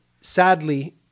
Sadly